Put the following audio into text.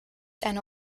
eine